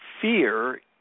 fear